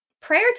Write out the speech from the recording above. prayer